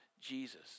Jesus